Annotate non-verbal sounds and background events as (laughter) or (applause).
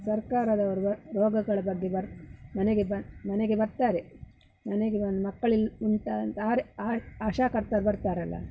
ಸರ್ಕಾರದವ್ರ್ಗೆ ರೋಗಗಳ ಬಗ್ಗೆ ಬರೊ ಮನೆಗೆ ಬ ಮನೆಗೆ ಬರ್ತಾರೆ ಮನೆಗೆ ಬಂದು ಮಕ್ಕಳಿಲ್ಲ ಉಂಟಾ (unintelligible) ಆಶಾಕರ್ತರು ಬರ್ತಾರಲ್ಲ